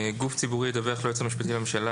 "גוף ציבורי ידווח ליועץ המשפטי לממשלה